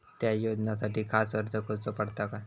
त्या योजनासाठी खास अर्ज करूचो पडता काय?